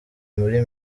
muri